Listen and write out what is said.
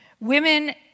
women